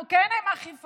אנחנו כן עם אכיפה,